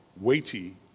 weighty